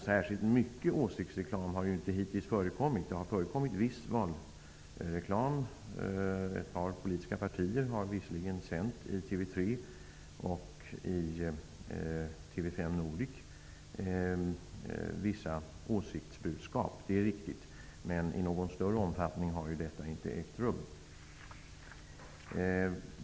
Särskilt mycket åsiktsreklam har hittills inte förekommit. Det har förekommit viss reklam. Ett par politiska partier har visserligen sänt vissa åsiktsbudskap i TV 3 och i TV 5 Nordic. Det är riktigt. Men i någon större omfattning har detta inte ägt rum.